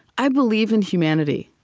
i believe in humanity.